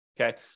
Okay